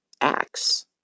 acts